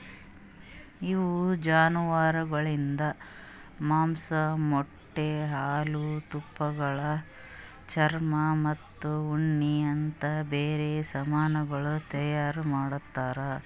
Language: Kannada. ಇವು ಜಾನುವಾರುಗೊಳಿಂದ್ ಮಾಂಸ, ಮೊಟ್ಟೆ, ಹಾಲು, ತುಪ್ಪಳ, ಚರ್ಮ ಮತ್ತ ಉಣ್ಣೆ ಅಂತ್ ಬ್ಯಾರೆ ಸಮಾನಗೊಳ್ ತೈಯಾರ್ ಮಾಡ್ತಾವ್